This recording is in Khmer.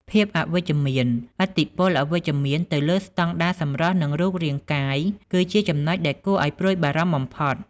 ភាពអវិជ្ជមានឥទ្ធិពលអវិជ្ជមានទៅលើស្តង់ដារសម្រស់ និងរូបរាងកាយ គឺជាចំណុចដែលគួរឲ្យព្រួយបារម្ភបំផុត